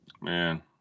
Man